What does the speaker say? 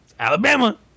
Alabama